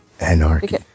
Anarchy